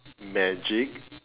magic